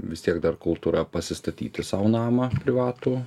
vis tiek dar kultūra pasistatyti sau namą privatų